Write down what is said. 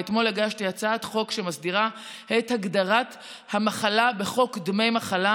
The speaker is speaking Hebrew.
ואתמול הגשתי הצעת חוק שמסדירה את הגדרת המחלה בחוק דמי מחלה,